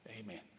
Amen